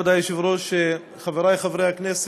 היושב-ראש, חברי חברי הכנסת,